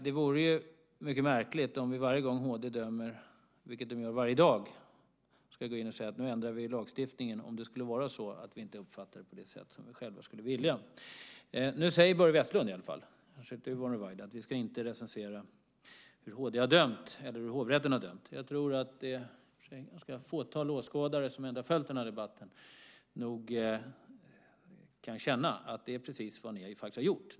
Det vore mycket märkligt om vi varje gång HD dömer, vilket den gör varje dag, ska gå in och säga: Nu ändrar vi lagstiftningen, om det skulle vara så att vi inte uppfattar det på det sätt som vi själva skulle vilja att det skulle vara. Nu säger i varje fall Börje Vestlund, men kanske inte Yvonne Ruwaida, att vi inte ska recensera hur HD har dömt eller hur hovrätten har dömt. Det är ett fåtal åskådare på åhörarläktaren som har följt den här debatten. Men de kan nog känna att det är precis vad ni faktiskt har gjort.